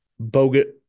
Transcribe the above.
Bogut